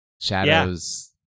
shadows